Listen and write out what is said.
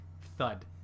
thud